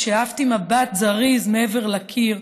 כשהעפתי מבט זריז מעבר לקיר,